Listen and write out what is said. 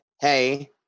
Hey